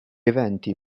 eventi